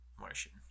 Martian